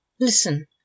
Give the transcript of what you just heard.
Listen